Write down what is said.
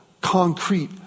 concrete